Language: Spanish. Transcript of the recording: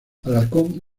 alarcón